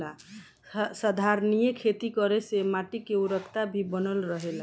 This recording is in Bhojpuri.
संधारनीय खेती करे से माटी के उर्वरकता भी बनल रहेला